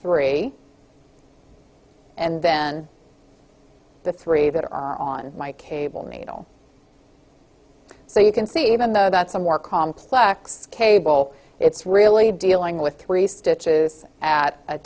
three and then the three that are on my cable needle so you can see even though about some more complex cable it's really dealing with three stitches at a